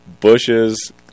Bushes